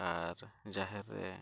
ᱟᱨ ᱡᱟᱦᱮᱨ ᱨᱮ